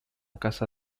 casa